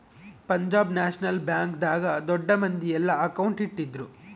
Punjab national bank ದಾಗ ದೊಡ್ಡ ಮಂದಿ ಯೆಲ್ಲ ಅಕೌಂಟ್ ಇಟ್ಟಿದ್ರು